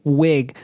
wig